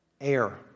Air